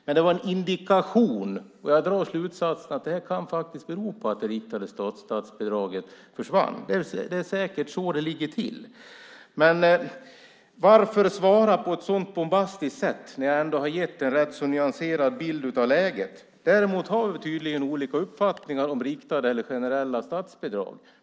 Men det var en indikation, och jag drar slutsatsen att det här faktiskt kan bero på att det riktade statsbidraget försvann. Det är säkert så det ligger till. Men varför svara på ett sådant bombastiskt sätt när jag ändå har gett en rätt nyanserad bild av läget? Däremot har vi tydligen olika uppfattningar om riktade eller generella statsbidrag.